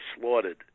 slaughtered